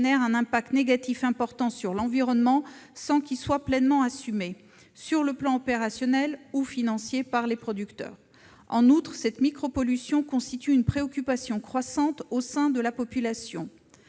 un impact négatif important sur l'environnement, lequel n'est pas pleinement assumé sur le plan opérationnel ou financier par les producteurs. En outre, cette micropollution constitue une préoccupation croissante au sein de la population.